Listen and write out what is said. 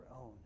own